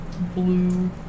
blue